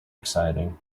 exciting